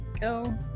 go